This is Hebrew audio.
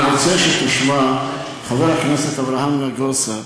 אני רוצה שתשמע, חבר הכנסת אברהם נגוסה,